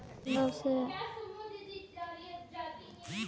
online ಉಳಿತಾಯ ಅಕೌಂಟನ್ನ ತೆರೆಯುವ ಪ್ರಕ್ರಿಯೆ ಸರಳ ಮತ್ತು ಸುಲಭವಾಗಿದೆ ಎಂದು ಹೇಳಬಹುದು